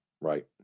Right